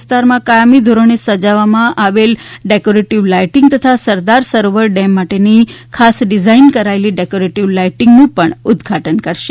વિસ્તારમાં કાયમી ધોરણે સજાવવામાં આવેલ ડેકોરેટિવ લાઈટીંગ તથા સરદાર સરોવર ડેમ માટેની ખાસ ડિઝાઈન કરાયેલ ડેકોરેટિવ લાઈટીંગનું પણ ઉદ્વાટન કરશે